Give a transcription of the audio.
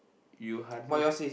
you hundred